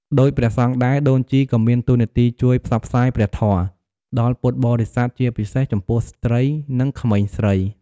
ដូចព្រះសង្ឃដែរ ដូនជីក៏មានតួនាទីជួយ ផ្សព្វផ្សាយព្រះធម៌ ដល់ពុទ្ធបរិស័ទ ជាពិសេសចំពោះស្ត្រី និងក្មេងស្រី។